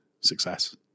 success